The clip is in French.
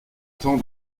temps